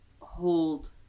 hold